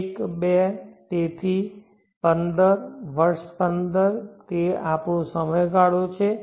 એક બે તેથી 15 વર્ષ 15 તે આપણું સમયગાળો છે